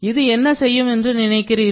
இது என்ன செய்யும் என்று நினைக்கிறீர்கள்